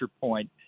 point